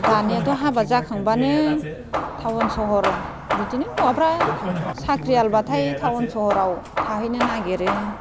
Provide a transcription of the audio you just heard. दानियाथ' हाबा जाखांब्लानो टाउन सहर बिदिनो हौवाफ्रा साख्रियालब्लाथाय टाउन सहराव थाहैनो नागिरो